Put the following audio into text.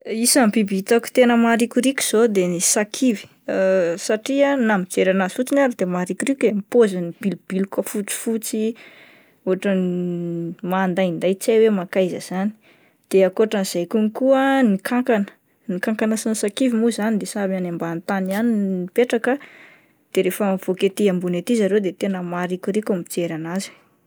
Isan'ny biby tena hitako tena maharikoriko zao de ny sakivy, satria na mijery an'azy fotsiny aza de maharikoriko eh ny poziny mibilobiloka fotsifotsy otran'ny mandainday tsy hay hoe makaiza izany, de akotran'izay kokoa ny kankana, ny kankana sy ny sakivy moa izany de samy any amban'ny tany ihany no mipetraka de rehefa mivoaka ety ambony ety zareo de tena maharikoriko ny mijery an'azy.